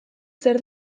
zer